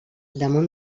damunt